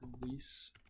Release